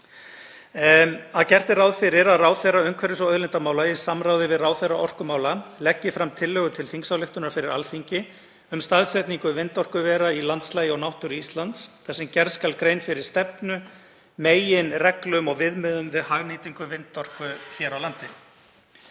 að gert er ráð fyrir að ráðherra umhverfis- og auðlindamála, í samráði við ráðherra orkumála, leggi fram tillögu til þingsályktunar fyrir Alþingi um staðsetningu vindorkuvera í landslagi og náttúru Íslands þar sem gerð skal grein fyrir stefnu, meginreglum og viðmiðum við hagnýtingu vindorku á landi.